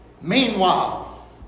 Meanwhile